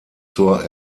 zur